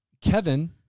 Kevin